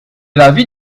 l’avis